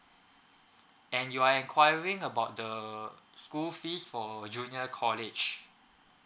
and you are enquiring about the school fees for junior college